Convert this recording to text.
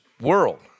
world